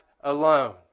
alone